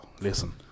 listen